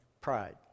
pride